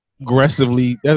aggressively